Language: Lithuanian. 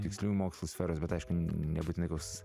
tiksliųjų mokslų sferos bet aišku nebūtinai koks